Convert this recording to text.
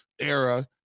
era